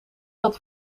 had